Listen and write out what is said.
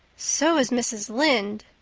so is mrs. lynde,